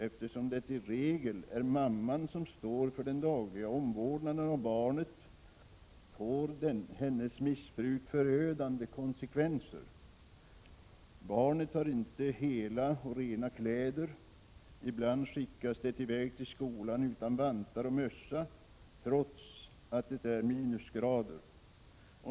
Eftersom det i regel är mamman som står för den dagliga omvårdnaden av barnet får hennes missbruk förödande konsekvenser. Barnet har inte hela och rena kläder. Ibland skickas det iväg till skolan utan vantar och mössa, trots att det är minusgrader.